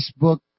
Facebook